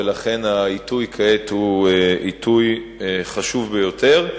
ולכן העיתוי כעת הוא עיתוי חשוב ביותר.